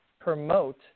promote